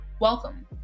Welcome